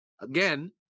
again